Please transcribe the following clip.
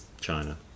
China